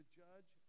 judge